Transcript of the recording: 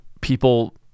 people